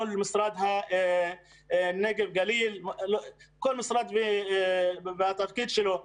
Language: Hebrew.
מול משרד הנגב והגליל, כל משרד והתפקיד שלו.